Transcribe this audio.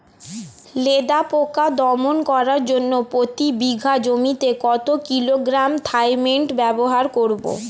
লেদা পোকা দমন করার জন্য প্রতি বিঘা জমিতে কত কিলোগ্রাম থাইমেট ব্যবহার করব?